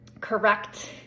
correct